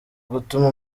gutuma